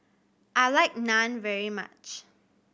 I like Naan very much